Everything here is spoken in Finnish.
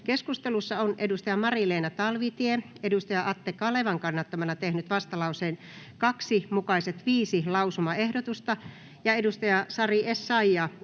Keskustelussa on Mari-Leena Talvitie Atte Kalevan kannattamana tehnyt vastalauseen 2 mukaiset viisi lausumaehdotusta ja Sari Essayah